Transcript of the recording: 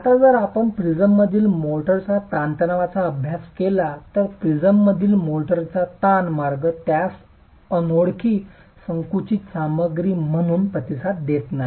आता जर आपण प्रिझममधील मोर्टारचा ताणतणावाचा अभ्यास केला तर प्रिझममधील मोर्टारचा ताण मार्ग त्यास अनोळखी संकुचित सामग्री म्हणून प्रतिसाद देत नाही